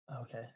Okay